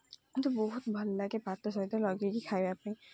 ମୋତେ ବହୁତ ଭଲ ଲାଗେ ଭାତ ସହିତ ଲଗାଇକି ଖାଇବା ପାଇଁ